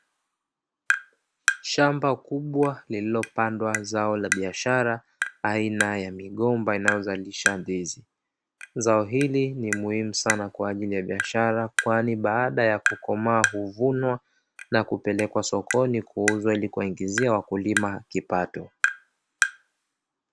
Shamba kubwa lililo pandwa zao la biashara aina ya migomba inayozalisha ndizi, zao hili ni muhimu sana kwa ajili ya biashara kwani baada ya kukomaa huvuna na kupelekwa sokoni kuuzwa ili kuwaingizia wakulima kipato.